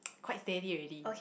quite steady already